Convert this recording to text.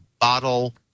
bottle